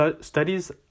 studies